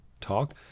talk